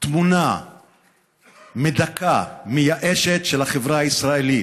תמונה מדכאה, מייאשת, של החברה הישראלית,